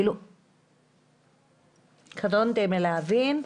קטונתי מלהבין.